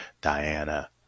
Diana